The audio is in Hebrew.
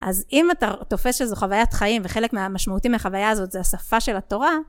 אז אם אתה תופס איזו חוויית חיים, וחלק משמעותי מהחוויה הזאת זה השפה של התורה...